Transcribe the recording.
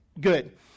good